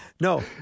No